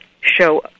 show